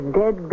dead